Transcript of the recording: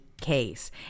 case